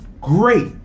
great